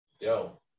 yo